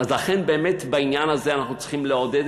אז לכן באמת בעניין הזה אנחנו צריכים לעודד